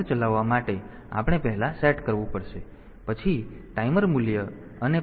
તેથી ટાઈમર ચલાવવા માટે આપણે પહેલા સેટ કરવું પડશે અને પછી ટાઈમર મૂલ્ય અને પછી આપણે આ TR bit ને TR x bit સેટ કરવો પડશે